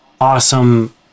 awesome